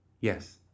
Yes